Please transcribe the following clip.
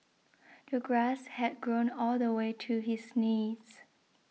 the grass had grown all the way to his knees